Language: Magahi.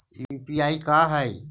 यु.पी.आई का है?